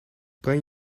kan